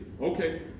Okay